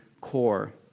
core